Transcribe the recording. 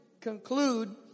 conclude